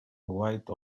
white